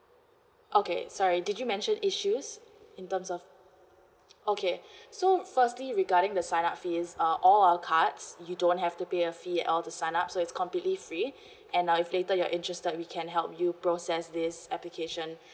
okay sorry did you mentioned issues in terms of okay so firstly regarding the sign up fees uh all our cards you don't have to pay a fee at all to sign up so it's completely free and uh if later you're interested we can help you process this application